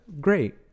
great